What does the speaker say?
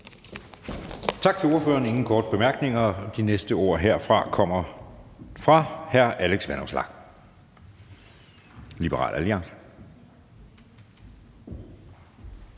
Tak til ordføreren. Der er ingen korte bemærkninger. De næste ord herfra kommer fra hr. Alex Vanopslagh, Liberal Alliance.